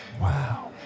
Wow